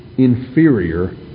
inferior